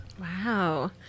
Wow